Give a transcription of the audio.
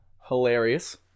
hilarious